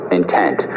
intent